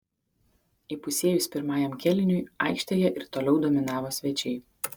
įpusėjus pirmajam kėliniui aikštėje ir toliau dominavo svečiai